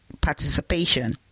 participation